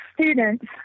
students